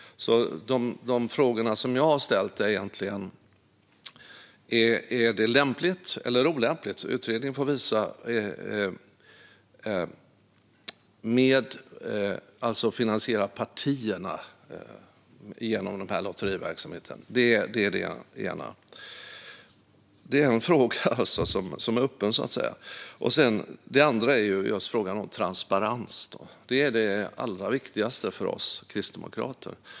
De frågor jag har ställt gäller om det är lämpligt eller olämpligt. Utredningen får titta på hur partierna finansieras genom lotteriverksamheten. Det är en öppen fråga. Frågan om transparens är viktigast för oss kristdemokrater.